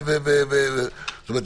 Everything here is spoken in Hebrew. זאת אומרת,